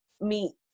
meet